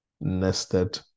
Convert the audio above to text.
nested